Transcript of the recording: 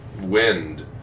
wind